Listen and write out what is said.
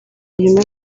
nyuma